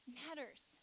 matters